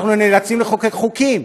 אנחנו נאלצים לחוקק חוקים.